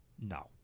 No